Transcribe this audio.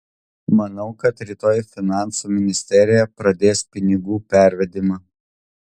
manau kad rytoj finansų ministerija pradės pinigų pervedimą